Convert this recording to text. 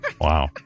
Wow